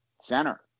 center